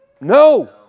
No